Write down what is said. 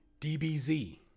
dbz